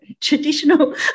traditional